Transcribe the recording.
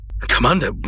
Commander